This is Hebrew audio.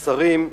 השרים,